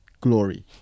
glory